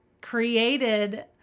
created